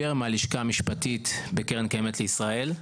מהלשכה המשפטית בקרן קיימת לישראל.